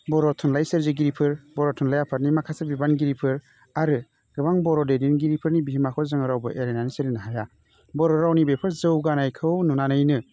बर' थुनलाइ सोरजिगिरफोर बर' थुलाइ आफादनि माखासे बिबानगिरिफोर आरो गोबां बर' दैदेगिरिफोरनि बिहोमाखौ जों रावबो एरायनानै सोलिनो हाया बर' रावनि बेखौ जौगानायखौ नुनानैनो